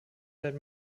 seit